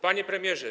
Panie Premierze!